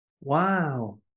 Wow